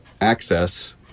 access